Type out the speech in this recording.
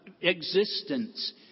existence